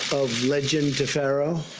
of legend defaro,